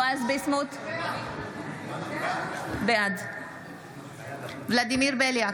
ביסמוט, בעד ולדימיר בליאק,